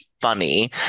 funny